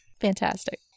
fantastic